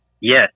Yes